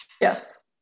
Yes